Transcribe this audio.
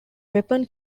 weapon